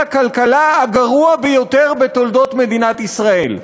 הכלכלה הגרוע ביותר בתולדות מדינת ישראל,